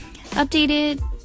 updated